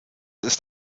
ist